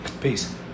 Peace